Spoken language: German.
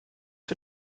für